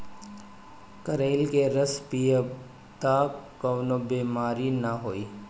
करइली के रस पीयब तअ कवनो बेमारी नाइ होई